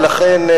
ולכן,